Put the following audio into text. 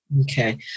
Okay